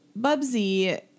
Bubsy